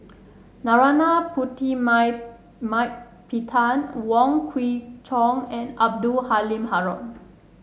Narana Putumaimaippittan Wong Kwei Cheong and Abdul Halim Haron